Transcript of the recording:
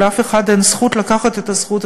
שלאף אחד אין זכות לקחת את הזכות.